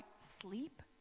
sleep